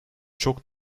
çok